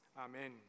Amen